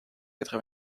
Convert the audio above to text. quatre